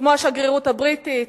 כמו השגרירות הבריטית,